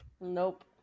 Nope